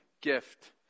gift